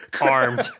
Armed